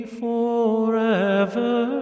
forever